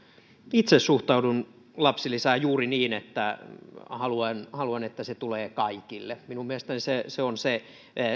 itse suhtaudun lapsilisään juuri niin että haluan että se tulee kaikille minun mielestäni se se on